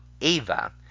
eva